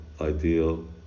ideal